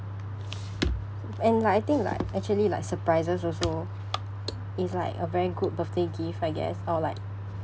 and like I think like actually like surprises also is like a very good birthday gift I guess or like